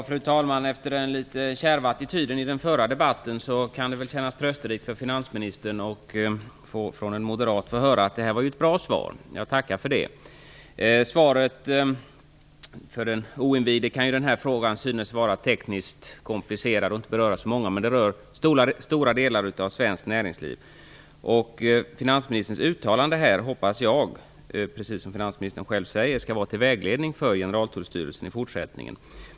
Fru talman! Efter den litet kärva attityden i den förra debatten kan det väl kännas trösterikt för finansministern att från en moderat få höra att det här var ett bra svar. Jag tackar för det. För den oinvigde kan den här frågan synas vara tekniskt komplicerad, och den verkar inte beröra så många, men den rör stora delar av svenskt näringsliv. Finansministerns uttalande hoppas jag, precis om finansministern själv säger, skall vara till vägledning för Generaltullstyrelsen i fortsättningen.